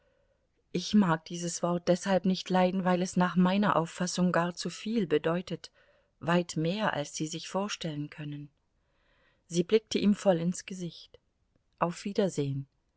ich mag dieses wort deshalb nicht leiden weil es nach meiner auffassung gar zuviel bedeutet weit mehr als sie sich vorstellen können sie blickte ihm voll ins gesicht auf wiedersehen